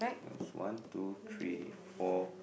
there's one two three four